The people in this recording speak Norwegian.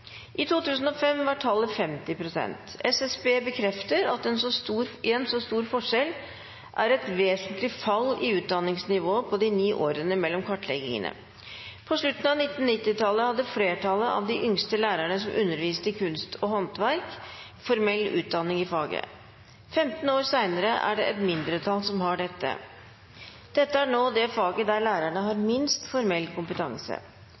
2005 var tallet 50 pst., mens på slutten av 1990-tallet hadde flertallet av de yngste lærerne som underviste i kunst og håndverk, formell utdanning i faget. 15 år senere er det et mindretall som har dette. Dette er nå det faget der lærerne har minst formell kompetanse.